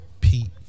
Pete